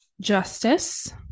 Justice